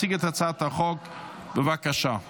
הצעת חוק להנצחת זכרו של הרב חיים דרוקמן,